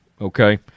okay